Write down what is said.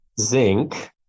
zinc